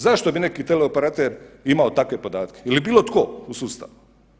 Zašto bi neki teleoperater imao takve podatke ili bilo tko u sustavu?